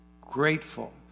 grateful